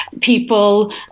people